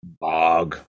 bog